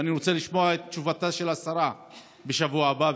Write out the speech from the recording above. ואני רוצה לשמוע את תשובתה של השרה בשבוע הבא.